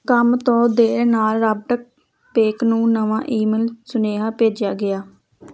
ਕੰਮ ਤੋਂ ਦੇਰ ਨਾਲ ਰਾਬਟਕ ਪੇਕ ਨੂੰ ਨਵਾਂ ਈਮੇਲ ਸੁਨੇਹਾ ਭੇਜਿਆ ਗਿਆ